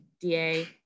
d-a